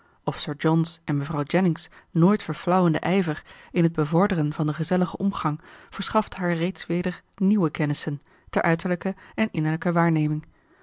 of sir john's en mevrouw jennings nooit verflauwende ijver in het bevorderen van den gezelligen omgang verschafte haar reeds weder nieuwe kennissen ter uiterlijke en innerlijke waarneming